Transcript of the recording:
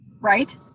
Right